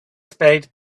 spade